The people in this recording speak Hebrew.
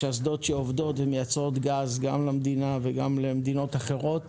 יש אסדות שעובדות ומייצרות גז גם למדינה וגם למדינות אחרות,